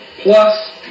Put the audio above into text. Plus